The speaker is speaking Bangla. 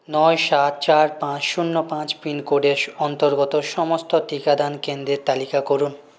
নয় সাত চার পাঁচ শূন্য পাঁচ পিনকোডের অন্তর্গত সমস্ত টিকাদান কেন্দ্রের তালিকা করুন